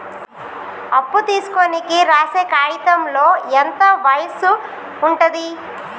అప్పు తీసుకోనికి రాసే కాయితంలో ఎంత వయసు ఉంటది?